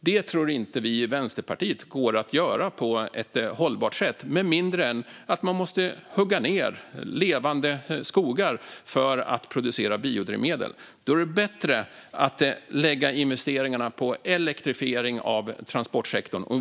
Det tror inte vi i Vänsterpartiet går att göra på ett hållbart sätt med mindre än att man måste hugga ned levande skogar för att producera biodrivmedel. Då är det bättre att lägga investeringarna på elektrifiering av transportsektorn.